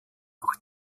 auch